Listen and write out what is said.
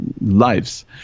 lives